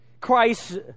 Christ